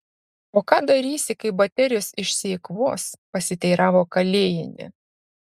o ką darysi kai baterijos išsieikvos pasiteiravo kalėjienė